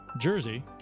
jersey